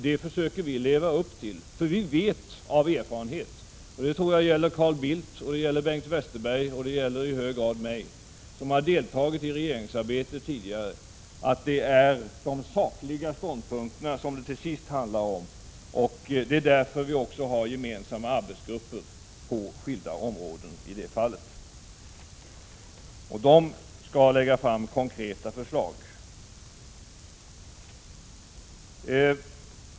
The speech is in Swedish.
Det försöker vi leva upp till, för vi vet av erfarenhet — det tror jag gäller Carl Bildt och Bengt Westerberg, och det gäller i hög grad mig, som har deltagit i regeringsarbetet tidigare — att det är de sakliga ståndpunkterna som det till slut handlar om. Det är därför som vi också har gemensamma arbetsgrupper på skilda områden — och de skall lägga fram konkreta förslag.